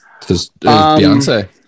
Beyonce